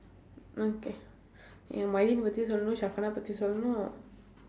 okay எனக்கு:enakku miyurin பத்தி சொல்லனும்:paththi sollanum shafeenah பத்தி சொல்லனும்:paththi sollanum